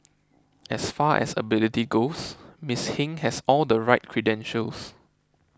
as far as ability goes Miss Hing has all the right credentials